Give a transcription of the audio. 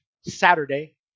Saturday